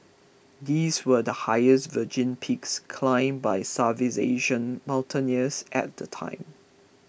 these were the highest virgin peaks climbed by Southeast Asian mountaineers at the time